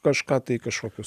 kažką tai kažkokius